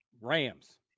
Rams